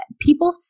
People